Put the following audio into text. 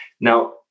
Now